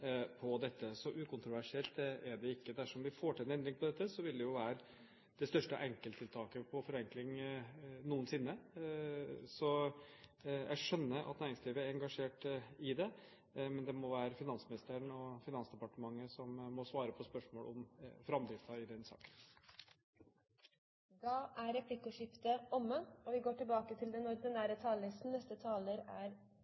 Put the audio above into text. på dette. Så ukontroversielt er det ikke. Dersom vi får til en endring på dette, vil det være det største enkelttiltaket på forenkling noensinne, så jeg skjønner at næringslivet er engasjert i det. Men det må være finansministeren og Finansdepartementet som må svare på spørsmålet om framdriften i den saken. Da er replikkordskiftet omme.